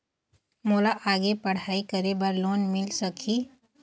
मोला आगे पढ़ई करे बर लोन मिल सकही?